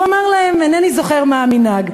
הוא אמר להם: אינני זוכר מה המנהג.